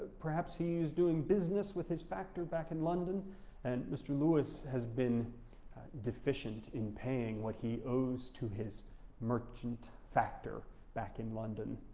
perhaps he was doing business with his factor back in london and mr. lewis has been deficient in paying what he owes to his merchant factor back in london.